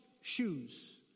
shoes